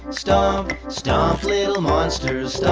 stomp, stomp little monsters.